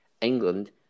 England